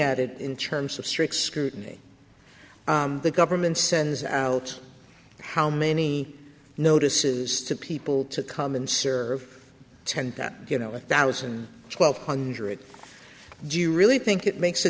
at it in terms of strict scrutiny the government sends out how many notices to people to come and serve ten times you know a thousand and twelve hundred do you really think it makes a